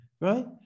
Right